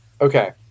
Okay